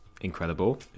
incredible